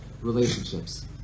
relationships